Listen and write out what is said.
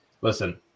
Listen